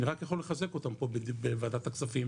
אני רק יכול לחזק אותם פה בוועדת הכספים